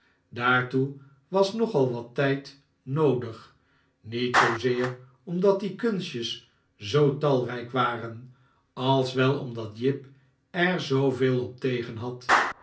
daartoe was nogal wat tijd noodig niet zoozeer omdat die kunstjes zoo talrijk waren als wel omdat jip er zooveel op tegen had